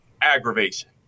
aggravation